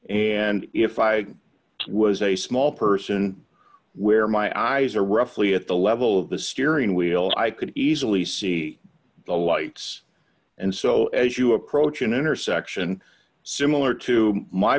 and if i was a small person where my eyes are roughly at the level of the steering wheel i could easily see the lights and so as you approach an intersection similar to my